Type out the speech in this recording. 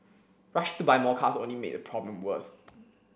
rushing to buy more cars only made the problem worse